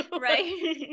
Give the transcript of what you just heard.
Right